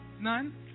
none